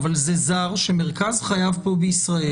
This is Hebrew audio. זה זר שמרכז חייו בישראל,